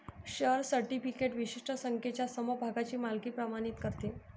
share certificate विशिष्ट संख्येच्या समभागांची मालकी प्रमाणित करते